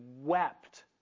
wept